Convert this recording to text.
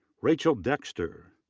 rachel dexter,